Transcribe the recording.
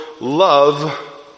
love